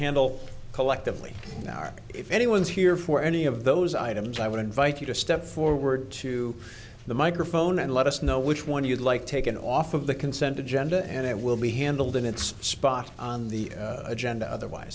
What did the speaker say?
handle collectively in our if anyone's here for any of those items i would invite you to step forward to the microphone and let us know which one you'd like taken off of the consent agenda and it will be handled in its spot on the agenda otherwise